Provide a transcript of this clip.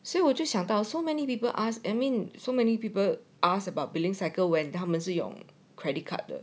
所以我就想到 so many people ask I mean so many people ask about billing cycle when 他们是用 credit card 的